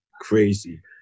crazy